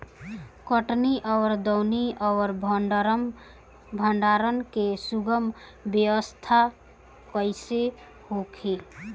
कटनी और दौनी और भंडारण के सुगम व्यवस्था कईसे होखे?